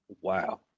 Wow